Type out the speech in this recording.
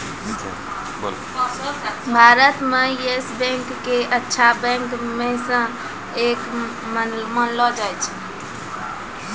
भारत म Yes Bank क अच्छा बैंक म स एक मानलो जाय छै